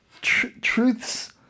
truths